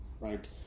right